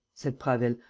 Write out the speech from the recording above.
said prasville,